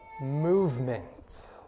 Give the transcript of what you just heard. movement